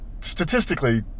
statistically